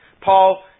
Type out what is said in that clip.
Paul